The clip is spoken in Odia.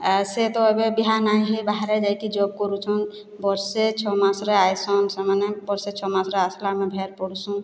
ଆଉ ସିଏ ତ ଏବେ ବିହା ନା ହେ ବାହାରେ ଯାଇକି ଜବ୍ କରୁଛନ୍ ବର୍ଷେ ଛଅ ମାସରେ ଆଇସନ୍ ସେମାନେ ବର୍ଷେ ଛଅ ମାସରେ ଆସିଲେ ଆମେ ଭେଟ୍ ପଡୁ଼ସୁଁ